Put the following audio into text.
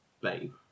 Babe